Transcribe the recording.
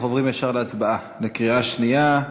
אנחנו עוברים ישר להצבעה בקריאה שנייה.